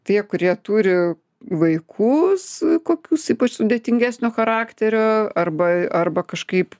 tie kurie turi vaikus kokius ypač sudėtingesnio charakterio arba arba kažkaip